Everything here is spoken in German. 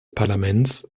parlaments